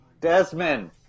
Desmond